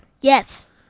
yes